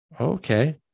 Okay